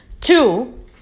Two